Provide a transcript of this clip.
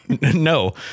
no